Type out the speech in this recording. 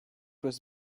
was